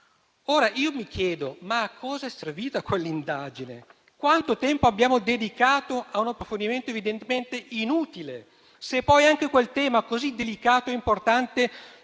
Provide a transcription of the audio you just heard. Ora mi chiedo a cosa sia servita quell'indagine, quanto tempo abbiamo dedicato a un approfondimento evidentemente inutile, se poi anche quel tema così delicato e importante viene